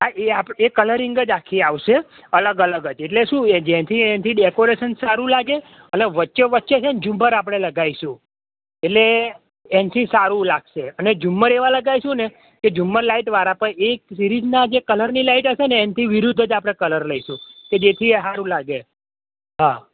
હા એ આપ કલરીનગ જ આખી આવશે અલગ અલગ જ એટલે શું જેથી એથી ડેકોરેશન સારું લાગે અને વચ્ચે વચ્ચે ઝુંમર આપડે લગાઈશું એટલે એનથી સારું લાગશે અને ઝુંમર એવા લગાઈશું ને કે ઝુંમર લાઇટવાળા એ સિરીજના જે કલરની લાઇટ હશે ને એનથી વિરુદ્ધ જ આપડે કલર લઈશું કે જેથી હારું લાગે હા